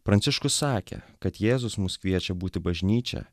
pranciškus sakė kad jėzus mus kviečia būti bažnyčia